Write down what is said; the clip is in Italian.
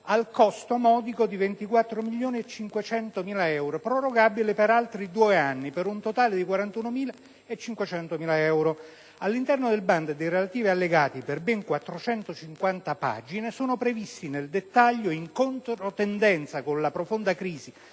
al costo modico di 24.500.000 euro, prorogabile per altri due anni, per un totale di 41.500.000 euro. All'interno del bando e dei relativi allegati (di ben 450 pagine) sono previsti nel dettaglio, in controtendenza con la profonda crisi